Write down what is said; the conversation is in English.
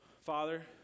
Father